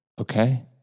Okay